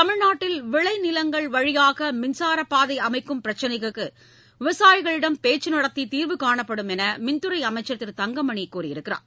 தமிழ்நாட்டில் விளை நிலங்கள் வழியாக மின்சாரப் பாதை அமைக்கும் பிரச்சினைக்கு விவசாயிகளிடம் பேச்சு நடத்தி தீர்வு காணப்படும் என்று மின்சாரத்துறை அமைச்சர் திரு தங்கமணி கூறியிருக்கிறார்